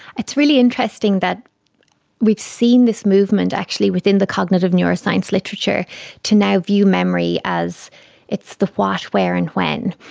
it's really interesting that we've seen this movement actually within the cognitive neuroscience literature to now view memory as it's the what, where and when.